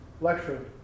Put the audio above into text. lecture